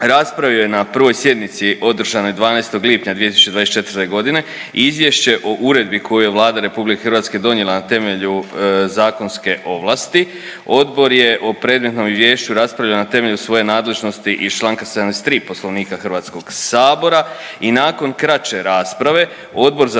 raspravio je na 1. sjednici održanoj 12. lipnja 2024.g. Izvješće o uredbi koju je Vlada RH donijela na temelju zakonske ovlasti. Odbor je o predmetnom izvješću raspravio na temelju svoje nadležnosti iz čl. 73. Poslovnika HS i nakon kraće rasprave Odbor za